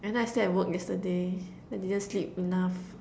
and then I slept at work yesterday I didn't sleep enough